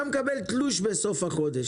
אתה מקבל תלוש בסוף החודש?